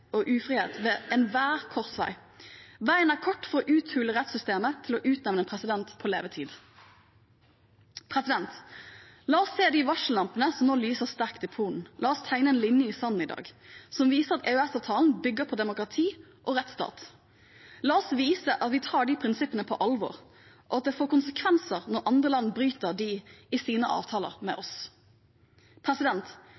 ufrihet ved enhver korsvei. Veien er kort fra å uthule rettssystemet til å utnevne en president på livstid. La oss se de varsellampene som nå lyser sterkt i Polen. La oss tegne en linje i sanden i dag som viser at EØS-avtalen bygger på demokrati og rettsstat. La oss vise at vi tar de prinsippene på alvor, og at det får konsekvenser når andre land bryter dem i sine avtaler med